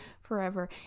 Forever